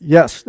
Yes